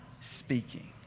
speaking